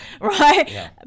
Right